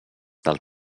del